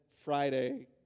Friday